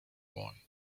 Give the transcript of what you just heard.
boy